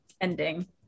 ending